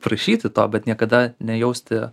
prašyti to bet niekada nejausti